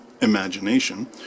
imagination